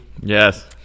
Yes